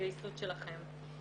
בהתגייסות שלכם.